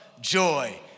joy